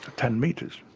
ten metres,